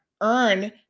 earn